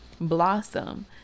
blossom